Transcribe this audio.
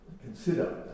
consider